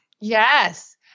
Yes